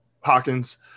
Hawkins